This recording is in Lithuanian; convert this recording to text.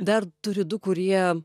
dar turi du kurie